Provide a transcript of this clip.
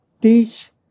teach